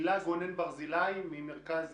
הילה גונן ברזילי, מרכז